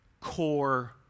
core